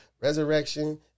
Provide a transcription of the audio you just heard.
resurrection